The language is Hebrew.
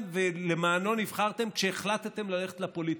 ולמענו נבחרתם כשהחלטתם ללכת לפוליטיקה.